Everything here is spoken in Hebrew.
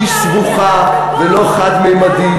שהיא סבוכה ולא חד-ממדית.